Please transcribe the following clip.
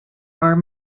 are